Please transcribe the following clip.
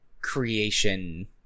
creation